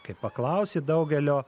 kai paklausi daugelio